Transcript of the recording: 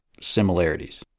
similarities